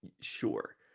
sure